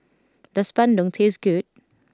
does Bandung taste good